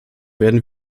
werden